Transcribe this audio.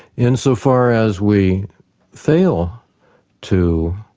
insofar as we fail to